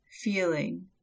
feeling